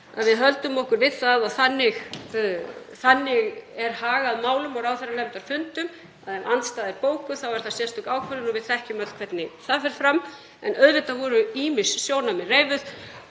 við höldum okkur við það að þannig er hagað málum á ráðherranefndarfundum, ef andstaða er bókuð þá er það sérstök ákvörðun og við þekkjum öll hvernig það fer fram. En auðvitað voru ýmis sjónarmið reifuð.